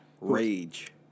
Rage